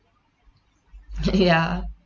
ya